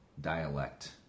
dialect